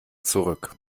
zurück